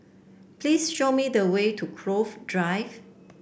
please show me the way to Cove Drive